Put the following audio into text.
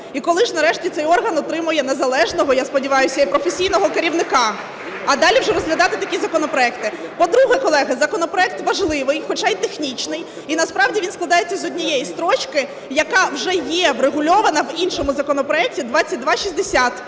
І коли ж нарешті цей орган отримає незалежного, я сподіваюсь, і професійного керівника? А далі вже розглядати такі законопроекти. По-друге, колеги, законопроект важливий, хоча й технічний. І насправді він складається з однієї строчки, яка вже є врегульована в іншому законопроекті – 2260,